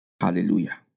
Hallelujah